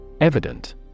Evident